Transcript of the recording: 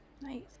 Nice